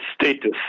status